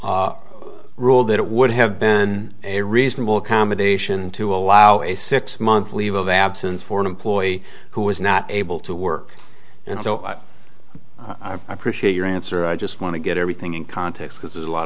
rule that it would have been a reasonable accommodation to allow a six month leave of absence for an employee who was not able to work and so i appreciate your answer i just want to get everything in context because there's a lot